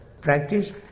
practice